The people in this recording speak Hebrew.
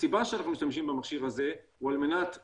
הסיבה שאנחנו משתמשים במכשיר הזה הוא על מנת לדייק,